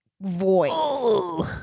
voice